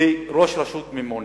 וראש הרשות ממונה.